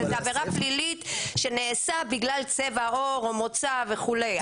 וזו עבירה פלילית שנעשית בגלל צבע עור או מוצא וכו'.